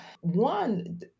One